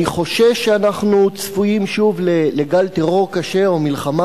אני חושש שאנחנו צפויים שוב לגל טרור קשה או מלחמה,